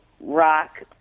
rock